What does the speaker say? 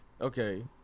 Okay